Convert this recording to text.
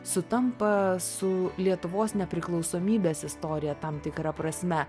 sutampa su lietuvos nepriklausomybės istorija tam tikra prasme